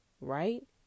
right